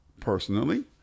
personally